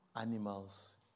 animals